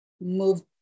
move